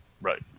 Right